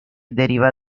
deriva